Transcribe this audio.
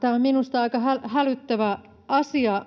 Tämä on minusta aika hälyttävä asia,